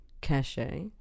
cachet